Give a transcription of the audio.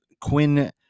Quinn